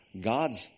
God's